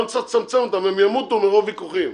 לא נצטרך לצמצם אותם, הם ימותו מרוב ויכוחים.